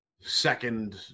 second